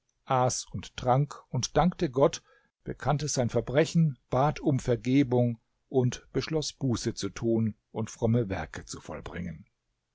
und trank und dankte gott bekannte sein verbrechen bat um vergebung und beschloß buße zu tun und fromme werke zu vollbringen